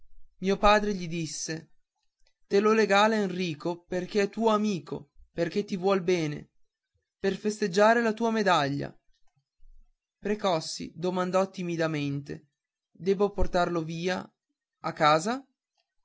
mio padre gli disse te lo regala enrico perché è tuo amico perché ti vuol bene per festeggiare la tua medaglia precossi domandò timidamente debbo portarlo via a casa